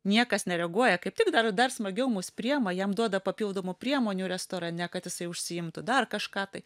niekas nereaguoja kaip tik dar dar smagiau mus priima jam duoda papildomų priemonių restorane kad jisai užsiimtų dar kažką tai